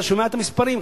אתה שומע את המספרים,